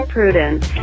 Prudence